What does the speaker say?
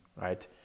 right